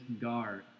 guard